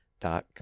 dot